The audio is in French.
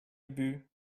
ubu